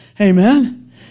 Amen